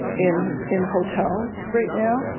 in in hotels right now.